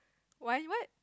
wine what